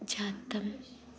जातम्